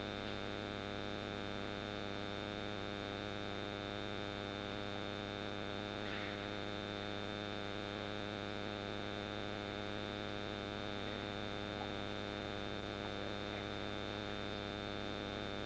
or